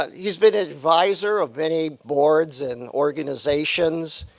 he's been an advisor of many boards and organizations.